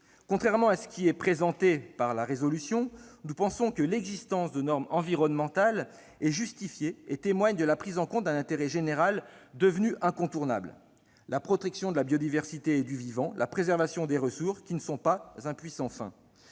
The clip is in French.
au travers de la proposition de résolution, nous pensons que l'existence de normes environnementales est justifiée et témoigne de la prise en compte d'un intérêt général devenu incontournable : la protection de la biodiversité et du vivant et la préservation des ressources, qui ne sont pas un puits sans fin.